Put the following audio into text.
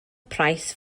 price